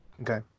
okay